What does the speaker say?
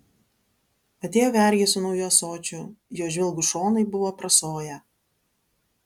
atėjo vergė su nauju ąsočiu jo žvilgūs šonai buvo aprasoję